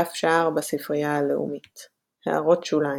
דף שער בספרייה הלאומית == הערות שוליים שוליים ==== הערות שוליים ==